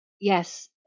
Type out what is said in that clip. yes